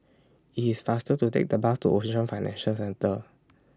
IT IS faster to Take The Bus to Ocean Financial Centre